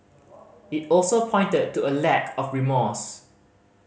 it also pointed to a lack of remorse